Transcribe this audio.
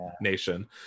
nation